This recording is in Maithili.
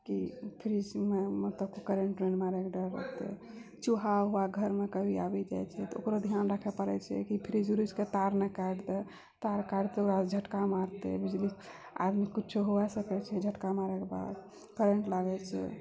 कि फ्रिजमे मतलब करेण्ट नहि मारैके डर रहतै चूहा वूहा घरमे कभी आबि जाइछै तऽ ओकरो ध्यान राखै पड़ै छै कि फ्रिज व्रिजके तार ने काटि दै तार कटतै तऽ झटका मारतै बिजली आरो कुछो हो सकै छै झटका मारैके बाद करेण्ट लागै छै